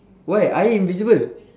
why I invisible